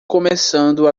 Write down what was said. começando